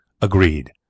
Agreed